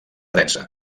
densa